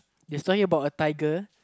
the story about a tiger